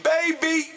Baby